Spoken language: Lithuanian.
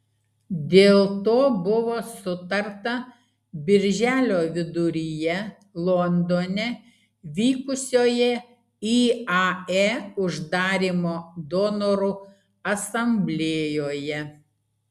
dėl to buvo sutarta birželio viduryje londone vykusioje iae uždarymo donorų asamblėjoje